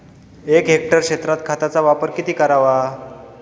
एक हेक्टर क्षेत्रात खताचा वापर किती करावा?